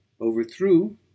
overthrew